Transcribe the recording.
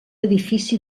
edifici